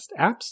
apps